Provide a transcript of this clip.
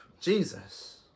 Jesus